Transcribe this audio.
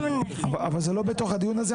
אבל זה לא בתוך הדיון הזה.